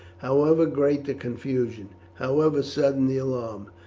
however great the confusion, however sudden the alarm,